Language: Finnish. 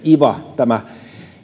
iva